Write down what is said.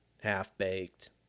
Half-Baked